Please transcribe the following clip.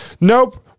Nope